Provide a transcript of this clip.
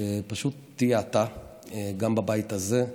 שפשוט תהיה אתה גם בבית הזה.